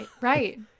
Right